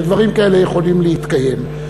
שדברים כאלה יכולים להתקיים.